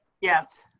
yes.